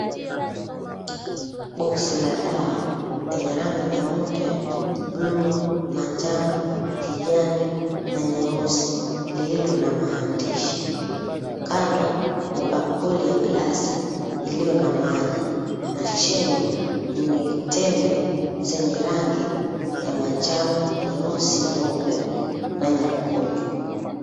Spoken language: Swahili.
Boxi la dawa lenye rangi nyeupe, blue , manjano, kijani na nyeusi lililo na maandishi. Kando ni bakuli ya glasi iliyo na maji na chini ni tembe zenye rangi ya manjano, nyeusi, nyeupe na nyekundu.